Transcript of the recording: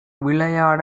விளையாட